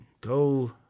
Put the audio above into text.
Go